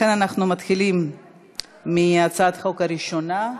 אנחנו מתחילים בהצעת החוק הראשונה.